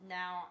now